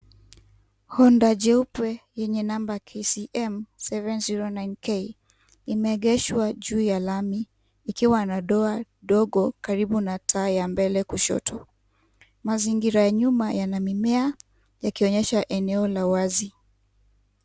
Honda jeupe yenye namba KCM709K imeegeshwa juu ya lami ikiwa na doa ndogo karibu na taa ya mbele kushoto. Mazingira ya nyuma yana mimea yakionyesha eneo la wazi.